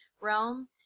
realm